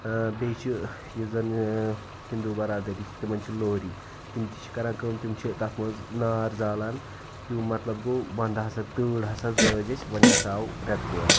بیٚیہِ چھِ یُس زَنہٕ ہِنٛدوٗ برادٔری چھِ تِمَن چھِ لوری تِم تہِ چھِ کَران کٲم تِم چھِ تَتھ منٛز نار زالان تمیُک مطلب گوٚو وَنٛدٕ ہَسا تۭر ہَسا زٲج اَسہِ وَنہِ ہَسا آو رٮ۪تہٕ کول